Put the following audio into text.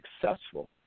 successful